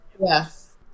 Yes